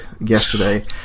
yesterday